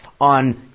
on